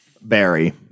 Barry